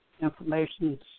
Information